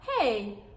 hey